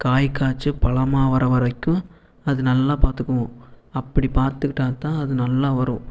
காய் காட்சி பழமாக வர வரைக்கும் அது நல்லா பார்த்துக்கணும் அப்படி பார்த்துக்கிட்டா தான் அது நல்லா வரும்